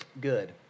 good